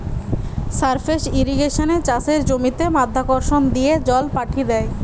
surface ইর্রিগেশনে চাষের জমিতে মাধ্যাকর্ষণ দিয়ে জল পাঠি দ্যায়